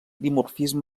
dimorfisme